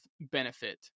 benefit